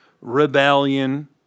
rebellion